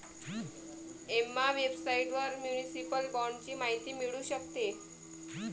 Emma वेबसाइटवर municipal बाँडची माहिती मिळू शकते